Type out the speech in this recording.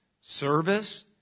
service